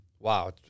Wow